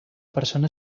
persona